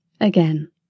Again